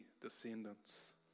descendants